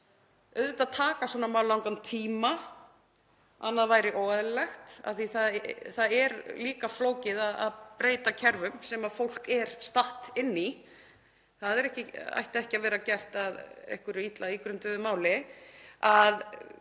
auðvitað taka svona mál langan tíma, annað væri óeðlilegt af því það er líka flókið að breyta kerfum sem fólk er statt inni í. Það ætti ekki að vera gert að illa ígrunduðu máli. Og